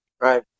right